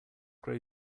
grow